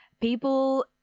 people